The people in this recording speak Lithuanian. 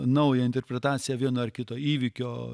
naują interpretaciją vieno ar kito įvykio